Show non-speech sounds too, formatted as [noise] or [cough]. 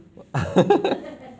[laughs]